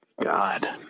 god